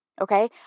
okay